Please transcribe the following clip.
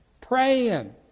Praying